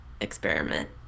experiment